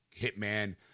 Hitman